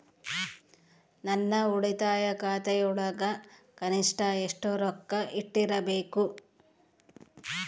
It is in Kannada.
ನನ್ನ ಉಳಿತಾಯ ಖಾತೆಯೊಳಗ ಕನಿಷ್ಟ ಎಷ್ಟು ರೊಕ್ಕ ಇಟ್ಟಿರಬೇಕು?